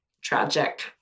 tragic